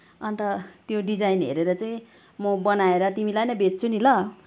अन्त त्यो डिजाइन हेरेर चाहिँ म बनाएर तिमीलाई नै बेच्छु नि ल